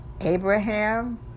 Abraham